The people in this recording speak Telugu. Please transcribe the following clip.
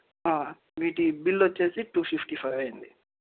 వీటి బిల్ వచ్చేసి టూ ఫిఫ్టీ ఫైవ్ అయ్యింది